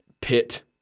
pit